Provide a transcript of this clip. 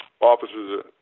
officers